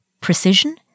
precision